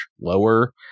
lower